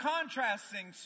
Contrasting